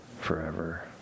forever